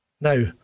Now